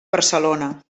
barcelona